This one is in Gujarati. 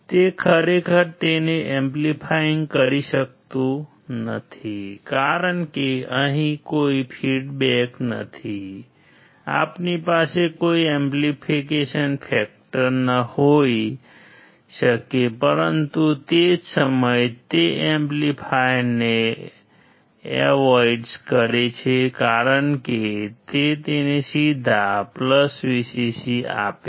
તે ખરેખર તેને એમ્પલીફાયિંગ કરે છે કારણ કે તે તમને સીધા Vcc આપશે